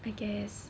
I guess